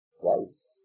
Twice